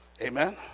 Amen